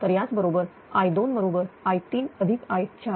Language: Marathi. तर याच बरोबर I2 बरोबर i3i4